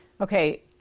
Okay